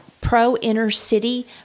pro-inner-city